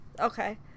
Okay